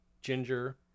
ginger